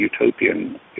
utopian